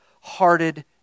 hearted